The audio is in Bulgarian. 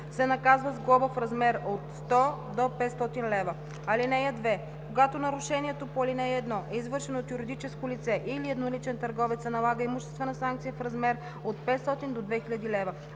се наказва с глоба в размер от 500 до 1000 лв. (2) Когато нарушението по ал. 1 е извършено от юридическо лице или едноличен търговец, се налага имуществена санкция в размер от 1000 до 5000 лв.